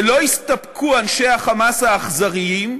ולא הסתפקו אנשי ה"חמאס" האכזרים,